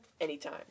anytime